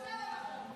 זה הוגש,